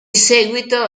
seguito